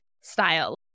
style